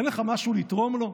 אין לך משהו לתרום לו?